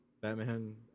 Batman